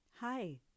Hi